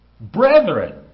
Brethren